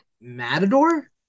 Matador